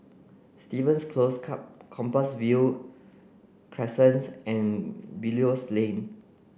Stevens Close Compassvale Crescent and Belilios Lane